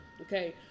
Okay